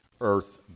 Earth